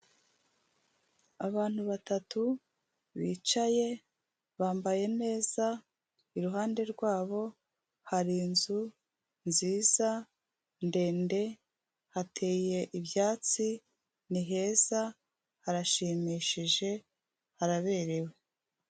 Abantu batatu bicaye, bambaye neza, iruhande rwabo hari inzu nziza, ndende, hateye ibyatsi, ni heza, harashimishije, haraberewe.